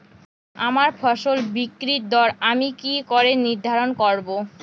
আমার ফসল বিক্রির দর আমি কি করে নির্ধারন করব?